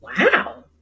Wow